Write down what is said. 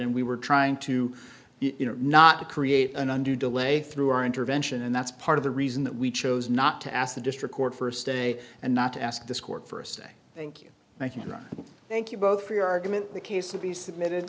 and we were trying to not to create an undue delay through our intervention and that's part of the reason that we chose not to ask the district court for a stay and not to ask this court for a stay thank you thank you thank you both for your argument the case of the submitted